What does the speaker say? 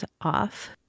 off